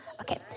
Okay